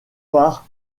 par